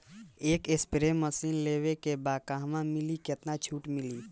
एक spray machine लेवे के बा कहवा मिली केतना छूट मिली?